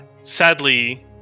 Sadly